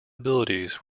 abilities